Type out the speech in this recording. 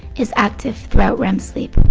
is active throughout rem sleep.